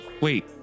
wait